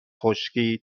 خشکی